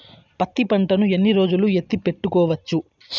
పత్తి పంటను ఎన్ని రోజులు ఎత్తి పెట్టుకోవచ్చు?